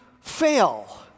fail